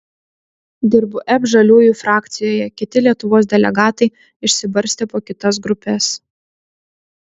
dirbu ep žaliųjų frakcijoje kiti lietuvos delegatai išsibarstę po kitas grupes